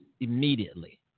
immediately